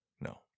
No